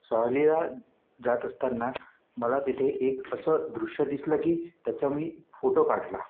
सहलीला जात असताना मला तिथे एक असं दृश्य दिसलं की त्याचा मी फोटो काढला